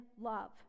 love